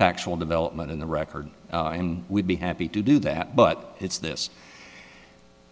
factual development in the record and we'd be happy to do that but it's this